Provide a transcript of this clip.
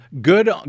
good